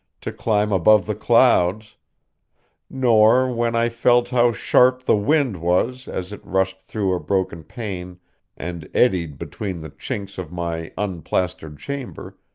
to climb above the clouds nor when i felt how sharp the wind was as it rushed through a broken pane and eddied between the chinks of my unplastered chamber,